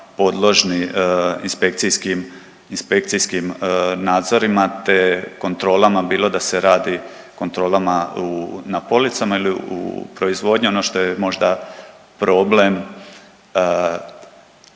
inspekcijskim nadzorima, te kontrolama bilo da se radi o kontrolama na policama ili u proizvodnji. Ono što je možda problem